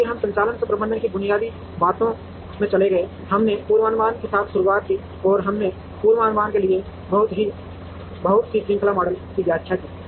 और फिर हम संचालन प्रबंधन की बुनियादी बातों में चले गए हमने पूर्वानुमान के साथ शुरुआत की और हमने पूर्वानुमान के लिए बहुत सी श्रृंखला मॉडल की व्याख्या की